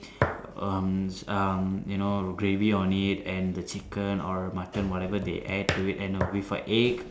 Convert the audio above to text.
um um you know gravy on it and the chicken or mutton whatever they add to it with a egg